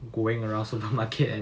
going around supermarket and